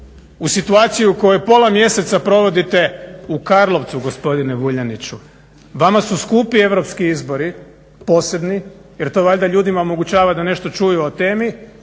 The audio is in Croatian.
u situaciji u kojoj pola mjeseca provodite u Karlovcu gospodine Vuljaniću. Vama su skupi europski izbori posebni jer to valjda ljudima omogućava da nešto čuju o temi,